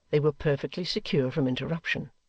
they were perfectly secure from interruption.